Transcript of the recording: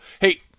Hey